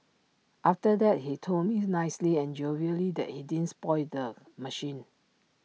after that he told me nicely and jovially that he didn't spoil the machine